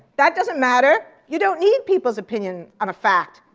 that doesn't matter. you don't need people's opinion on a fact.